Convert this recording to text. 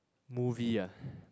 movie ah